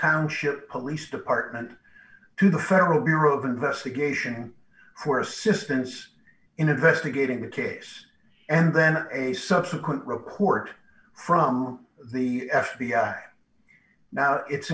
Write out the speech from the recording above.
township police department to the federal bureau of investigation for assistance in investigating the case and then a subsequent report from the f b i now it's